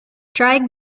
dry